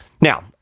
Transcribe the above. Now